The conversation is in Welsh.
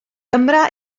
gymra